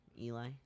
Eli